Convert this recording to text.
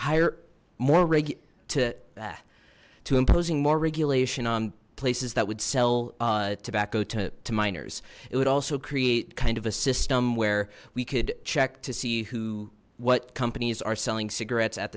hire more reg to that to imposing more regulation on places that would sell tobacco to minors it would also create kind of a system where we could check to see who what companies are selling cigarettes at